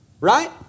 Right